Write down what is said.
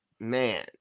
man